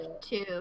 two